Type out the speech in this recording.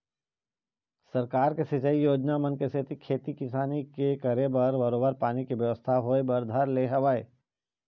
सरकार के सिंचई योजना मन के सेती खेती किसानी के करे बर बरोबर पानी के बेवस्था होय बर धर ले हवय